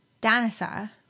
Dinosaur